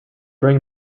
bring